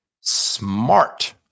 Smart